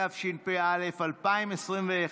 התשפ"א 2021,